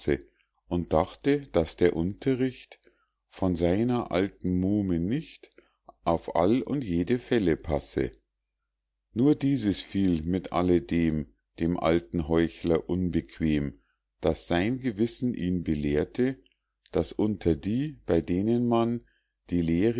und dachte daß der unterricht von seiner alten muhme nicht auf all und jede fälle passe nur dieses fiel mit alle dem dem alten heuchler unbequem daß sein gewissen ihn belehrte daß unter die bei denen man die lehre